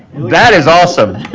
that is awesome.